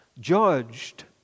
judged